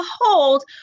behold